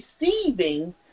receiving